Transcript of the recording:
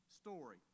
story